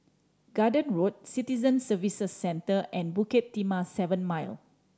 Garden Road Citizen Services Centre and Bukit Timah Seven Mile